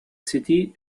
city